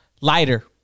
lighter